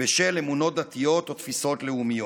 בשל אמונות דתיות או תפיסות לאומיות.